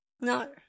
No